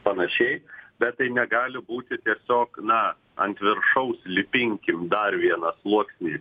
panašiai bet tai negali būti tiesiog na ant viršaus lipinkim dar vieną sluoksnį